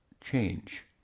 change